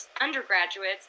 undergraduates